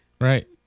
Right